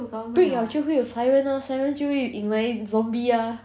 break liao 就会有 siren ah siren 就会引来 zombie ah